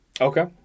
okay